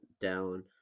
down